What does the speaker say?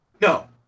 No